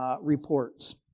reports